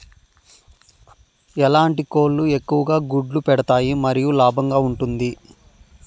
ఎట్లాంటి కోళ్ళు ఎక్కువగా గుడ్లు పెడతాయి మరియు లాభంగా ఉంటుంది?